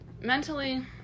mentally